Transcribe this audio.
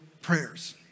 prayers